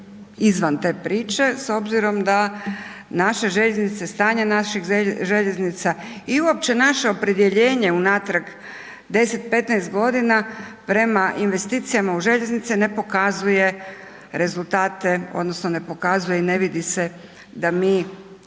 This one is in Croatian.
izvan te priče s obzirom da naše željeznice, stanje naših željeznica i uopće naše opredjeljenje unatrag 10, 15 g. prema investicijama u željeznice ne pokazuje rezultate odnosno ne pokazuje i ne vidi se da mi